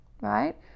right